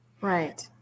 Right